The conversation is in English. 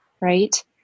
Right